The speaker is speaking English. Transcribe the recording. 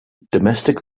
domestic